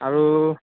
আৰু